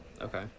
okay